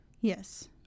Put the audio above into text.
yes